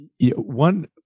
one